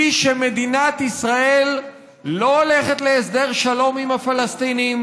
שמדינת ישראל לא הולכת להסדר שלום עם הפלסטינים,